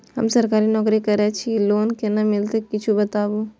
हम सरकारी नौकरी करै छी लोन केना मिलते कीछ बताबु?